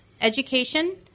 Education